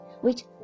which